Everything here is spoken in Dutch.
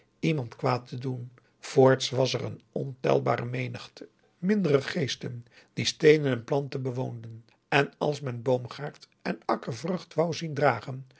iemand kwaad te doen voorts was er een ontelbare menigte mindere geesten die steenen augusta de wit orpheus in de dessa en planten bewoonden en als men boomgaard en akker vrucht wou zien dragen